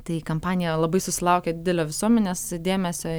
tai kampanija labai susilaukė didelio visuomenės dėmesio